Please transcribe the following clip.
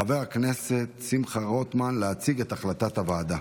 חבר הכנסת שמחה רוטמן, להציג את החלטת הוועדה.